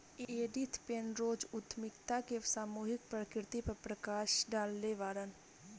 Edith Penrose उद्यमिता के सामूहिक प्रकृति पर प्रकश डलले बाड़न